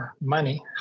money